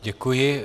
Děkuji.